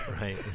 Right